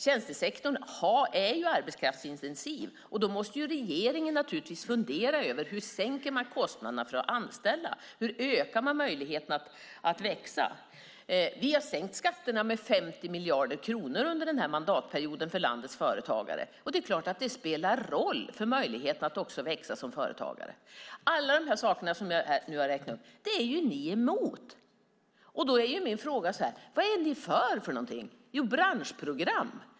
Tjänstesektorn är arbetskraftsintensiv, och då måste naturligtvis regeringen fundera över hur man sänker kostnaderna för att anställa och ökar möjligheterna att växa. Vi har sänkt skatterna för landets företagare med 50 miljarder kronor under den här mandatperioden. Det är klart att det spelar roll för deras möjlighet att växa som företagare. Alla de saker som jag nu har räknat upp är ni emot! Då är min fråga: Vad är ni för då? Jo, branschprogram!